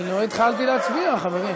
אתה אמרת, אני לא התחלתי בהצבעה, חברים.